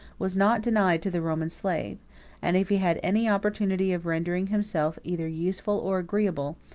was not denied to the roman slave and if he had any opportunity of rendering himself either useful or agreeable,